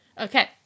Okay